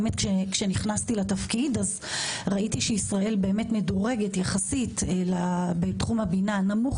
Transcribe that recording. כשנכנסתי לתפקיד ראיתי שישראל מדורגת יחסית בתחום הבינה נמוך